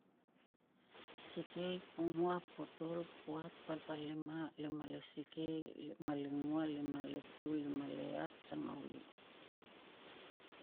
Sikei, pongua, potol, puat, palpalima, lima le sikei, lima lengua, limale tul, lima le iat, sangauli.